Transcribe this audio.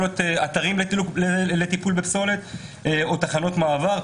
להיות אתרים לטיפול בפסולת או תחנות מעבר,